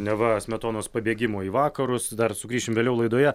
neva smetonos pabėgimo į vakarus dar sugrįšim vėliau laidoje